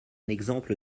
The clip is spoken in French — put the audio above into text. exemple